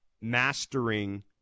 mastering